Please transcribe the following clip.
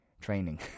training